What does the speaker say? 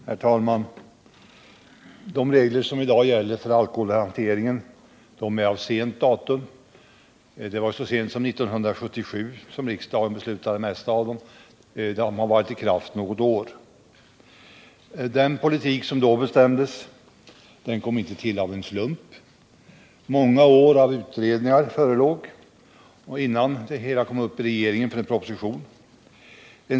Herr talman! De regler som i dag gäller för alkoholhanteringen är av sent datum. Så sent som 1977 fattade riksdagen beslut om de flesta av dem. De har varit i kraft något år. Den politik som då bestämdes kom inte till av en slump. Många år av utredningar förelåg innan det hela kom upp i regeringen och till slut resulterade i en proposition.